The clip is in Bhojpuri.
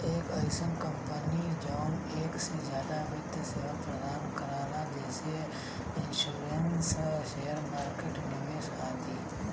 एक अइसन कंपनी जौन एक से जादा वित्त सेवा प्रदान करला जैसे इन्शुरन्स शेयर मार्केट निवेश आदि